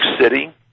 City